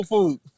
Food